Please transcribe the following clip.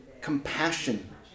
compassion